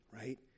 right